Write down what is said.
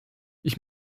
ich